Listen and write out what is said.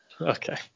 Okay